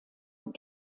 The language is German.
mit